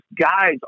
guys